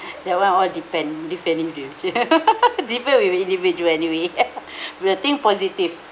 that one all depend depending to you depend with individual anyway we will think positive